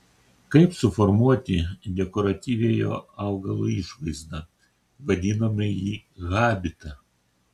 kaip suformuoti dekoratyviojo augalo išvaizdą vadinamąjį habitą